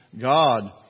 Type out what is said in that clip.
God